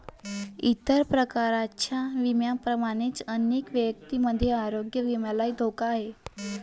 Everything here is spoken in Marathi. इतर प्रकारच्या विम्यांप्रमाणेच अनेक व्यक्तींमध्ये आरोग्य विम्याला धोका आहे